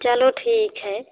चलो ठीक है